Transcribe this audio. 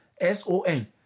S-O-N